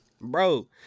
bro